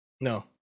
No